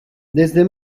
desde